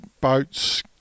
boats